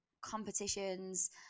competitions